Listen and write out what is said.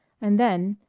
and then,